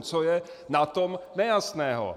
Co je na tom nejasného?